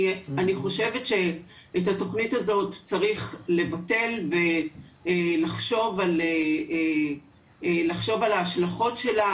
אני חושבת שאת התכנית הזאת צריך לבטל ולחשוב על ההשלכות שלה,